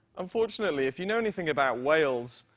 unfortunately, if you know anything about whales,